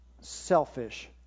selfish